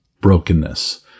brokenness